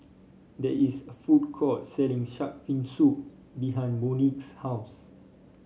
there is a food court selling shark fin soup behind Monique's house